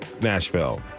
Nashville